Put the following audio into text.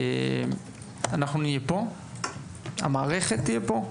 אנחנו נהיה פה, המערכת תהיה פה,